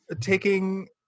taking